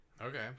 Okay